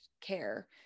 care